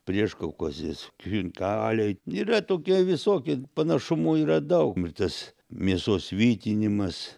prieškaukazės chinkaliai yra tokie visokie panašumų yra daug ir tas mėsos vytinimas